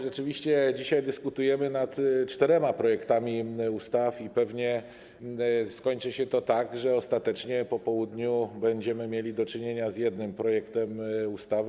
Rzeczywiście dzisiaj dyskutujemy nad czterema projektami ustaw i pewnie skończy się to tak, że ostatecznie po południu będziemy mieli do czynienia z jednym projektem ustawy.